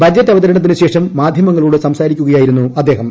budget അവതരണത്തിനുശേഷം മാധ്യമങ്ങളോട് സംസാരിക്കുകയായിരുന്നു അദ്ദേഹം